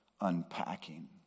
unpacking